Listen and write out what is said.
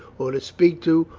or to speak to,